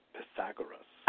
Pythagoras